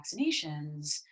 vaccinations